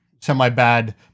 semi-bad